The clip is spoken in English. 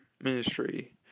ministry